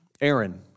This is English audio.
Aaron